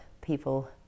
people